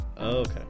Okay